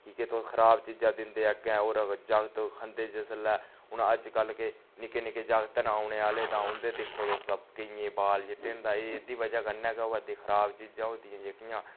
कि के तुस खराब चीज़ां दिंदे अग्गें होर जागत खंदे जिसलै हून अज्जकल के निक्के निक्के जागत ने औने आह्ले तां उं'दे दिक्खो तुस केइयें दे बाल चिट्टे न एह्दी वजह कन्नै होवै दे खराब चीज़ां होन्दियां जेह्कियां